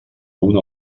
una